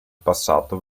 passato